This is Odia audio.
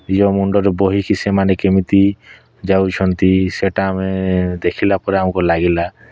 ନିଜ ମୁଣ୍ଡରେ ବୋହିକି ସେମାନେ କେମିତି ଯାଉଛନ୍ତି ସେଇଟା ଆମେ ଦେଖିଲା ପରେ ଆମକୁ ଲାଗିଲା